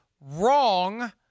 wrong